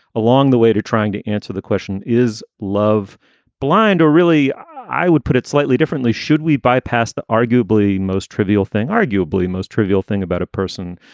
along the way to trying to answer the question is love blind? or really? i would put it slightly differently. should we bypass the arguably most trivial thing, arguably most trivial thing about a person,